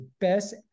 best